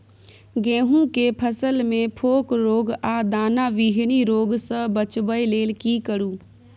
गेहूं के फसल मे फोक रोग आ दाना विहीन रोग सॅ बचबय लेल की करू?